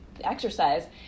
Exercise